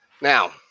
Now